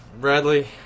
Bradley